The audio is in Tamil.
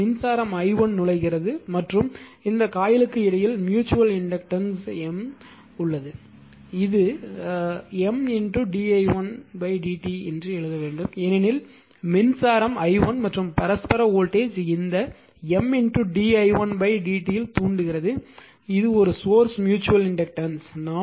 இங்கே மின்சாரம் i1 நுழைகிறது மற்றும் இந்த காயிலுக்கு இடையில் ம்யூச்சுவல் இண்டக்டன்ஸ் M ஆல் காட்டப்படுகிறது மற்றும் இது M d i1 ஐ dt ஆல் எழுத வேண்டும் ஏனெனில் மின்சாரம் i1 மற்றும் பரஸ்பர வோல்டேஜ் இந்த M d i1dt இல் தூண்டுகிறது இது ஒரு சோர்ஸ் ம்யூச்சுவல் இண்டக்டன்ஸ்